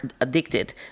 addicted